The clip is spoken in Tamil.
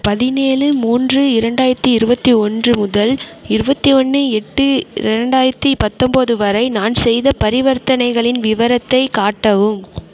பதினேழு மூன்று இரண்டாயிரத்தி இருபத்தி ஒன்று முதல் இருபத்தி ஒன்று எட்டு இரண்டாயிரத்தி பத்தொம்போது வரை நான் செய்த பரிவர்த்தனைகளின் விவரத்தை காட்டவும்